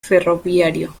ferroviario